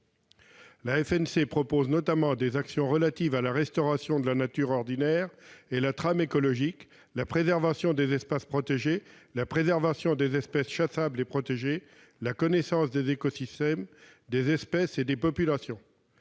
La FNC propose notamment des actions relatives à la restauration de la nature ordinaire et de la trame écologique, à la préservation des espaces protégés, à la préservation des espèces chassables et protégées, à la connaissance des écosystèmes, des espèces et des populations.